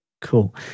Cool